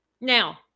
Now